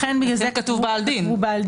בגלל זה כתוב "בעל דין".